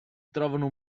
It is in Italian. ritrovano